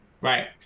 Right